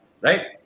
Right